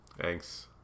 Thanks